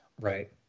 Right